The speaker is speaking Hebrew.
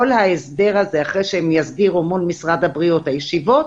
כל ההסדר הזה אחרי שהם יסדירו מול משרד הבריאות והישיבות,